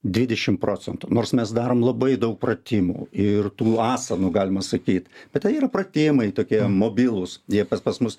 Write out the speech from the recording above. dvisešimt procentų nors mes darom labai daug pratimų ir tų esamų galima sakyt bet tai yra pratimai tokie mobilūs niekas pas mus